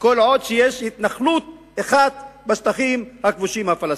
כל עוד יש התנחלות אחת בשטחים הכבושים הפלסטיניים.